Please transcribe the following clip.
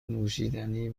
نوشیدنی